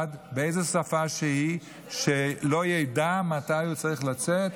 באיזו שפה שהיא שלא ידע מתי הוא צריך לצאת,